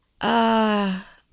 Ah